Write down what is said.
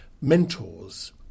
mentors